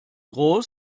groß